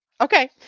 okay